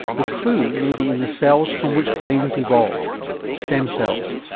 the clue may be in the cells from which brains evolve stem cells.